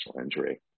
injury